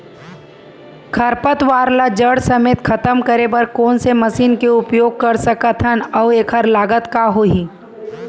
खरपतवार ला जड़ समेत खतम करे बर कोन से मशीन के उपयोग कर सकत हन अऊ एखर लागत का होही?